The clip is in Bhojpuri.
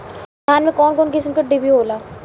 धान में कउन कउन किस्म के डिभी होला?